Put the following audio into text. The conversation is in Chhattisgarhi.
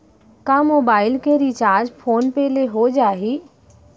का मोबाइल के रिचार्ज फोन पे ले हो जाही?